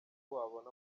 wabona